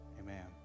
amen